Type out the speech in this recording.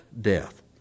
death